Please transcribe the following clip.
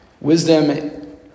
wisdom